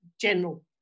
general